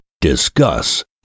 discuss